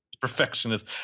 Perfectionist